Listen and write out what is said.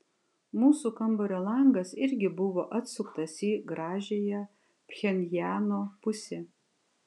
mūsų kambario langas irgi buvo atsuktas į gražiąją pchenjano pusę